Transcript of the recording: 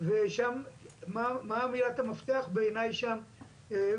מה שמבחין את ההקשר הזה מהראייה הכוללת